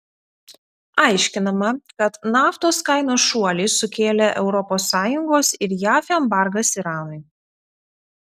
aiškinama kad naftos kainos šuolį sukėlė europos sąjungos ir jav embargas iranui